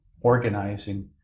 organizing